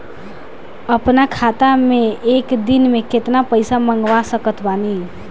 अपना खाता मे एक दिन मे केतना पईसा मँगवा सकत बानी?